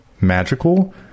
magical